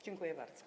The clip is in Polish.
Dziękuję bardzo.